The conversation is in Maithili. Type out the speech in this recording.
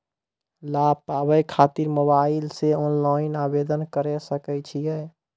लाभ पाबय खातिर मोबाइल से ऑनलाइन आवेदन करें सकय छियै?